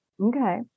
Okay